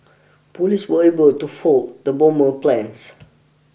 police were able to foil the bomber's plans